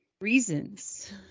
reasons